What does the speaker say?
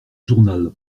journal